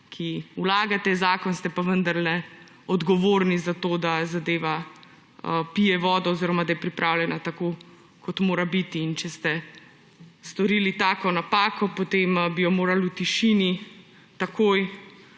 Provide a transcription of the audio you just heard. ki vlagate zakon, ste pa vendarle odgovorni za to, da zadeva pije vodo oziroma da je pripravljena tako, kot mora biti. Če ste storili tako napako, potem bi jo morali v tišini, takoj